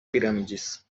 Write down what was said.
pirâmides